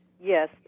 Yes